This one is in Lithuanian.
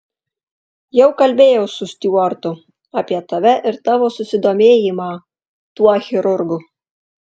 jau kalbėjau su stiuartu apie tave ir tavo susidomėjimą tuo chirurgu